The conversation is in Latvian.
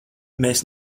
mēs